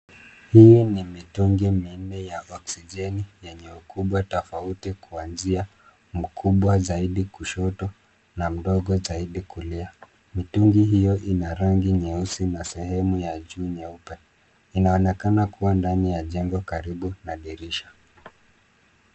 Hii ni mitungi minne ya oksijeni yenye ukubwa tofauti kuanzia mkubwa zaidi kushoto na mdogo zaidi kulia. Mitungi hiyo ina rangi nyeusi na sehemu ya juu nyeupe. Inaonekana kuwa ndani ya jengo karibu na dirisha.